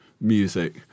music